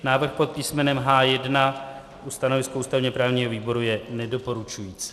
Návrh pod písmenem H1, stanovisko ústavněprávního výboru je nedoporučující.